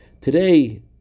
Today